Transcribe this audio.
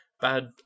bad